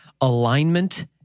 alignment